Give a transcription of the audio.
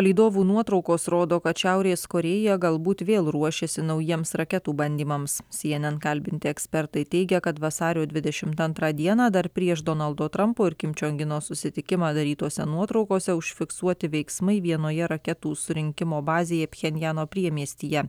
palydovų nuotraukos rodo kad šiaurės korėja galbūt vėl ruošiasi naujiems raketų bandymams si en en kalbinti ekspertai teigia kad vasario dvidešimt antrą dieną dar prieš donaldo trampo ir kim jong uno susitikimą darytose nuotraukose užfiksuoti veiksmai vienoje raketų surinkimo bazėje pchenjano priemiestyje